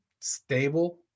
stable